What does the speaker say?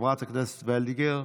חברת הכנסת וולדיגר,